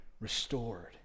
restored